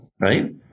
right